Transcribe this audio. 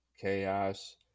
chaos